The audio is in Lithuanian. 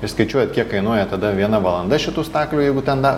ir skaičiuojat kiek kainuoja tada viena valanda šitų staklių jeigu ten da